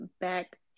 back